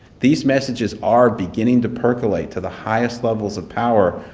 these messages are beginning to percolate to the highest levels of power.